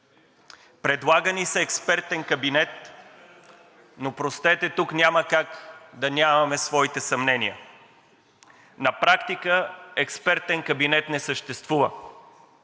Предлага ни се експертен кабинет, но простете, тук няма как да нямаме своите съмнения. На практика експертен кабинет не съществува.